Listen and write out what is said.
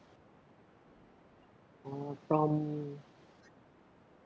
uh from